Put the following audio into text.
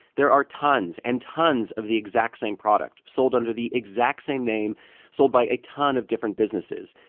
there are tons and tons of the exact same product, sold under the exact same name sold by a ton of different businesses.